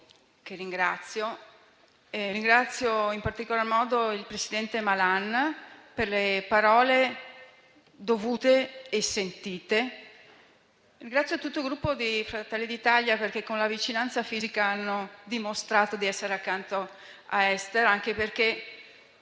Grazie a tutto